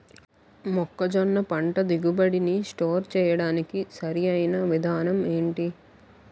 మొక్కజొన్న పంట దిగుబడి నీ స్టోర్ చేయడానికి సరియైన విధానం ఎంటి?